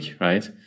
right